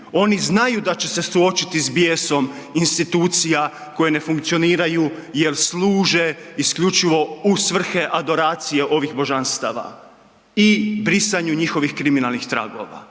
Oni znaju da će se suočiti sa bijesom institucija koje ne funkcioniraju jel služe isključivo u svrhe adoracije ovih božanstava i brisanju njihovih kriminalnih tragova.